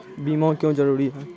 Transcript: बीमा क्यों जरूरी हैं?